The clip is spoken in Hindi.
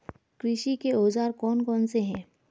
कृषि के औजार कौन कौन से हैं?